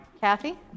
Kathy